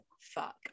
fuck